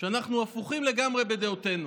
שאנחנו הפוכים לגמרי בדעותינו,